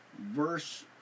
verse